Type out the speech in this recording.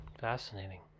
fascinating